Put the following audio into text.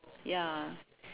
ya